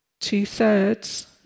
two-thirds